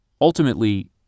Ultimately